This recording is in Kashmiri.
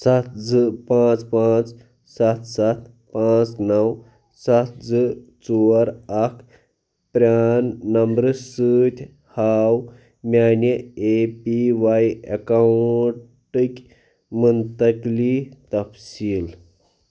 سَتھ زٕ پانٛژھ پانٛژھ سَتھ سَتھ پانٛژھ نَو سَتھ زٕ ژور اَکھ پران نمبرٕ سۭتۍ ہاو میٛانہِ اَے پی واٮٔی ایکاونٹٕکۍ مُنتٕقلی تفصیٖل